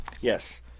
Yes